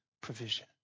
provision